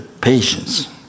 patience